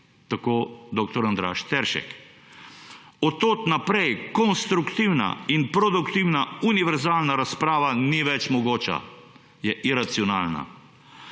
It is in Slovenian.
tako dr. Andraž Teršek. Od tod naprej, konstruktivna in produktivna in univerzalna razprava ni več mogoča, je iracionalna.